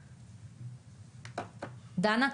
דנה,